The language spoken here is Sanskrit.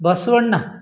बसवण्ण